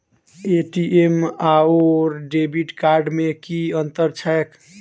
ATM आओर debit card मे की अंतर छैक?